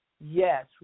yes